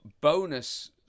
Bonus